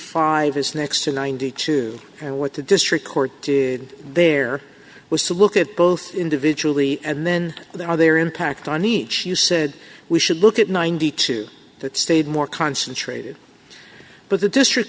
five is next to ninety two and what the district court to there was to look at both individually and then there are their impact on each you said we should look at ninety two that stayed more concentrated but the district